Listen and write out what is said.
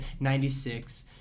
96